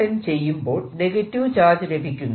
n ചെയ്യുമ്പോൾ negative charge ലഭിക്കുന്നു